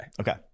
Okay